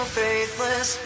faithless